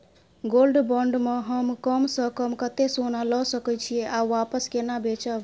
Gold bond म हम कम स कम कत्ते सोना ल सके छिए आ वापस केना बेचब?